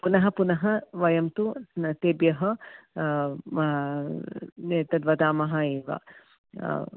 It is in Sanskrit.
पुनः पुनः वयं तु न तेभ्यः एतत् वदामः एव